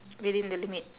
within the limit